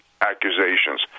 accusations